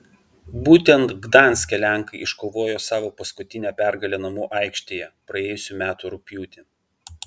būtent gdanske lenkai iškovojo savo paskutinę pergalę namų aikštėje praėjusių metų rugpjūtį